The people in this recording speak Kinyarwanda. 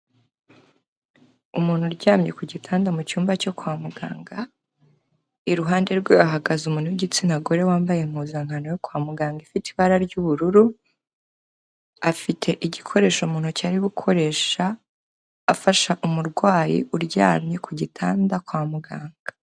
Umuntu uryamye ku gitanda mu cyumba cyo kwa muganga, iruhande rwe hahagaze umuntu w'igitsina gore wambaye impuzankano yo kwa muganga ifite ibara ry'ubururu, afite igikoresho mu ntoki ari gukoresha afasha umurwayi uryamye ku gitanda kwa muganga.